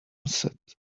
set